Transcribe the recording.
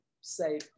say